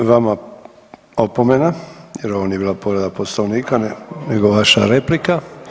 I vama opomena, jer ovo nije bila povreda Poslovnika nego vaša replika.